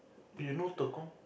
you know Tekong